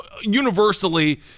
universally